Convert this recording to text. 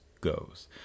goes